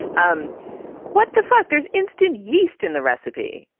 um what the fuck? there's instant yeast in the recipe.